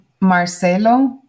Marcelo